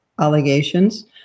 allegations